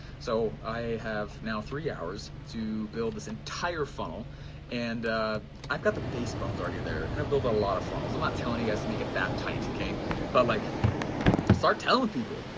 so i have now three hours to build this entire funnel and i've got the base bones already there and i've built a lot of funnels, i'm not telling you guys to make it that tight okay but like start telling people,